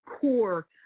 core